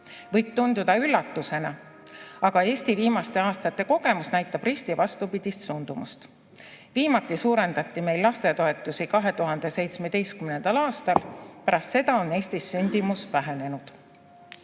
Võib tulla üllatusena, aga Eesti viimaste aastate kogemus näitab risti vastupidist suundumust. Viimati suurendati meil lastetoetusi 2017. aastal, pärast seda on Eestis sündimus just vähenenud.